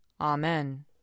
Amen